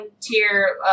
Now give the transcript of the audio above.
tier